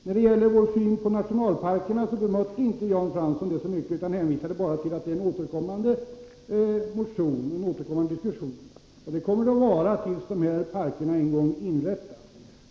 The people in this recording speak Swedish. När det gäller vår syn på nationalparkerna bemötte inte Jan Fransson så mycket vad vi anfört, utan han hänvisade bara till att det är en återkommande diskussion. Det kommer det att vara tills dessa parker en gång inrättas.